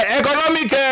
economic